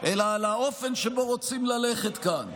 אלא על האופן שבו רוצים ללכת כאן.